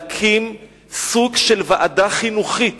להקים סוג של ועדה חינוכית